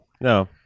no